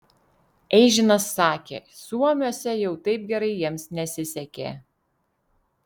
eižinas sakė suomiuose jau taip gerai jiems nesisekė